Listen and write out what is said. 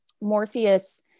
Morpheus